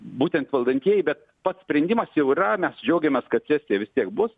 būtent valdantieji bet pats sprendimas jau yra mes džiaugiamės kad sesija vis tiek bus